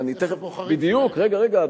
בדיוק.